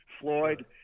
Floyd